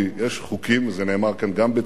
יש חוקים, וזה נאמר כאן גם, בצדק,